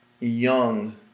young